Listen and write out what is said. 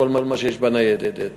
כל מה שיש בניידת.